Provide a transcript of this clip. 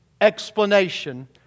explanation